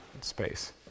space